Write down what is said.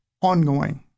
ongoing